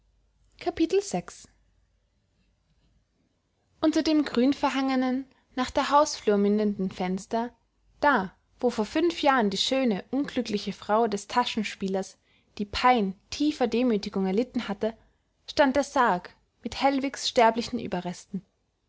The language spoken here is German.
unter dem grünverhangenen nach der hausflur mündenden fenster da wo vor fünf jahren die schöne unglückliche frau des taschenspielers die pein tiefer demütigung erlitten hatte stand der sarg mit hellwigs sterblichen ueberresten